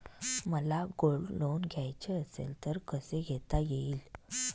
मला gold loan घ्यायचे असेल तर कसे घेता येईल?